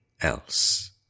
else